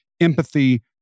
empathy